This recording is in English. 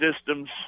systems